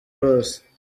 bose